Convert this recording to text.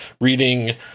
reading